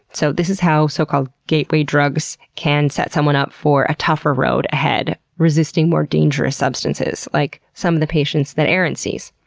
so this is how so-called gateway drugs can set someone up for a tougher road ahead, resisting more dangerous substances, like some of the patients erin sees.